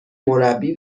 مربی